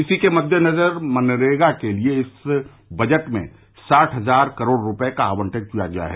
इसी के मद्देनजर मनरेगा के लिए इस बजट में साठ हजार करोड़ रूपये का आवंटन किया गया है